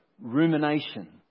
Rumination